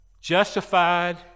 justified